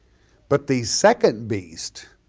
but the second beast